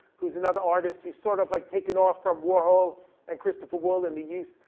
who's another artist, he's sort of like taking off from warhol and christopher wool in the use,